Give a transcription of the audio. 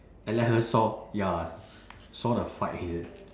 and let her saw ya saw the fight here